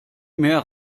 mehr